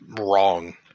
wrong